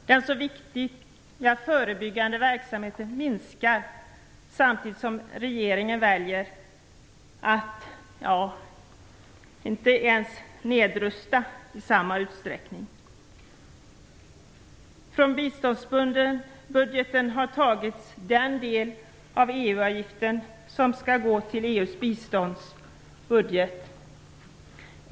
Den så viktiga förebyggande verksamheten minskar samtidigt som regeringen väljer att inte ens nedrusta i samma utsträckning. Från biståndsbudgeten har den del av EU-avgiften tagits som skall gå till EU:s biståndsbudget.